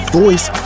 voice